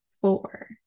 four